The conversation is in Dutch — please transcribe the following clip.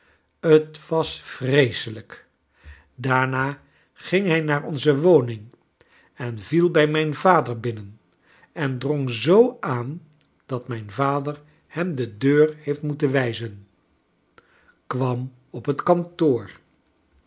t was vreeselijk daarna ging hij naar onze woning en viel bij inijn vader j binnen en drong zoo aan dat mrjn i vader hem de deur heeft moeten wijzen kwam op het kantoor